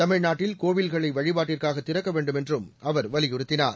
தமிழ்நாட்டில் கோவில்களை வழிபாட்டுக்காக திறக்க வேண்டும் என்றும் அவர் வலியுறுத்தினார்